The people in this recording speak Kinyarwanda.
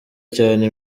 cyane